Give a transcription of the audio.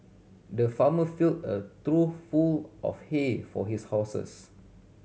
the farmer fill a trough full of hay for his horses